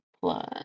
plus